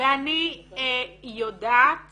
ואני יודעת